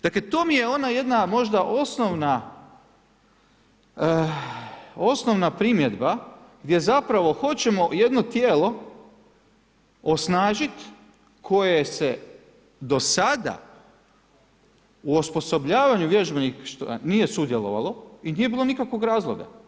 Dakle to mi je ona jedna možda osnovna, osnovna primjedba gdje zapravo hoćemo jedno tijelo osnažiti koje se do sada u osposobljavanju vježbeništva nije sudjelovalo i nije bilo nikakvog razloga.